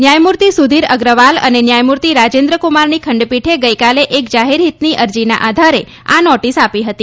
ન્યાયમૂર્તિ સુધીર અગ્રવાલ અને ન્યાયમૂર્તિ રાજેન્દ્રકુમારની ખંડપીઠે ગઇકાલે એક જાહેરહિતની અરજીના આધારે આ નોટિસ આપી હતી